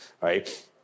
right